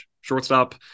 shortstop